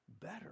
better